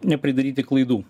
nepridaryti klaidų